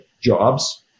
jobs